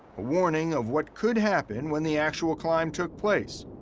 a warning of what could happen when the actual climb took place.